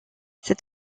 cet